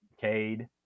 Cade